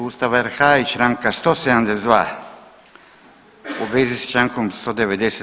Ustava RH i Članka 172. u vezi s Člankom 190.